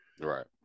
right